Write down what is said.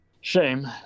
Shame